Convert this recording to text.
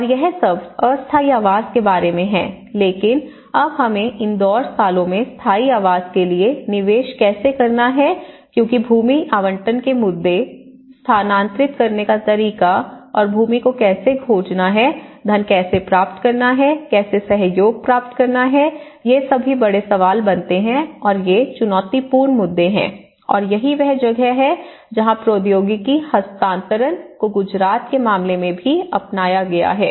और यह सब अस्थायी आवास के बारे में है लेकिन अब हमें इंदौर सालों में स्थायी आवास के लिए निवेश कैसे करना है क्योंकि भूमि आवंटन के मुद्दे स्थानांतरित करने का तरीका और भूमि को कैसे खोजना है धन कैसे प्राप्त करना है कैसे सहयोग प्राप्त करना है ये सभी बड़े सवाल बनते हैं और ये चुनौतीपूर्ण मुद्दे हैं और यही वह जगह है जहाँ प्रौद्योगिकी हस्तांतरण को गुजरात के मामले में भी अपनाया गया है